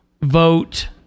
vote